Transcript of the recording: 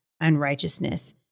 unrighteousness